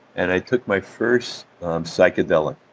and i took my first psychedelic,